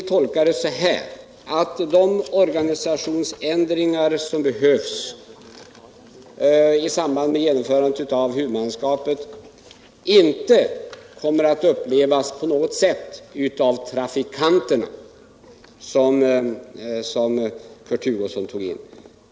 Jag har den uppfattningen att de organisationsändringar som behövs i samband med genomförandet av det nya huvudmannaskapet inte kommer att upplevas på något sätt av trafikanterna, som Kurt Hugosson sade.